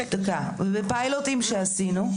וגם פיילוטים שעשינו.